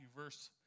verse